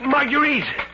Marguerite